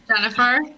Jennifer